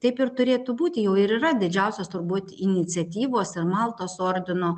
taip ir turėtų būti jau ir yra didžiausios turbūt iniciatyvos ir maltos ordino